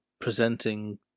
presenting